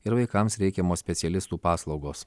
ir vaikams reikiamų specialistų paslaugos